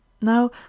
Now